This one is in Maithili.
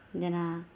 जेना